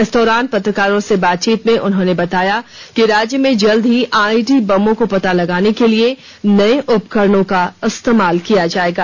इस दौरान पत्रकारों से बातचीत में उन्होंने बताया कि राज्य में जल्द ही आई ईडी बमों को पता लगाने के लिए नए उपकरणों का इस्तेमाल किया जाएगा